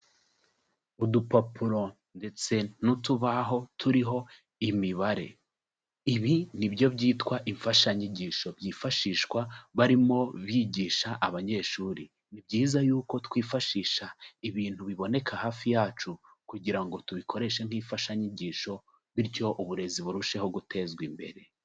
Udupapuro ndetse n'utubaho turiho imibare, ibi ni byo byitwa imfashanyigisho byifashishwa barimo bigisha abanyeshuri. Ni byiza yuko twifashisha ibintu biboneka hafi yacu kugira ngo tubikoreshe nk'imfashanyigisho, bityo uburezi burusheho gutezwa imbere.